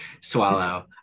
swallow